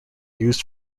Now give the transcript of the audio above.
used